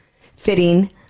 fitting